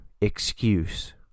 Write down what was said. excuse